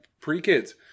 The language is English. pre-kids